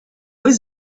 was